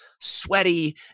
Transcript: sweaty